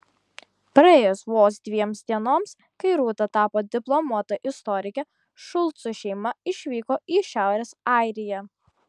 praėjus vos dviems dienoms kai rūta tapo diplomuota istorike šulcų šeima išvyko į šiaurės airiją